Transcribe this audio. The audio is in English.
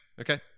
Okay